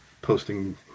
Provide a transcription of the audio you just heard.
posting